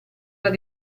alla